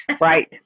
Right